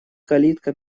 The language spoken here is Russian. калитка